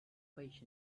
fish